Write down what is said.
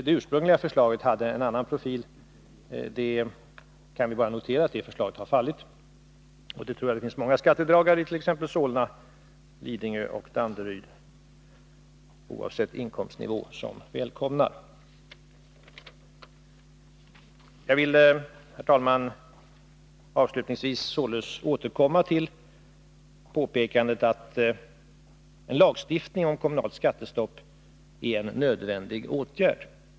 Det ursprungliga förslaget hade en annan profil, men det förslaget har alltså fallit, och det tror jag att många skattedragarna i t.ex. Solna, Lidingö och Danderyd oavsett inkomstnivå välkomnar. Jag vill avslutningsvis återkomma till påpekandet att en lagstiftning om kommunalt skattestopp är nödvändig.